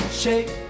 shake